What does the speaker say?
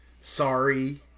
Sorry